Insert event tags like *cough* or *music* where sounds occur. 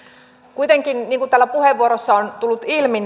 kuitenkin niin kuin täällä puheenvuoroissa on tullut ilmi *unintelligible*